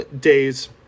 days